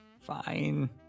Fine